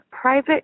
private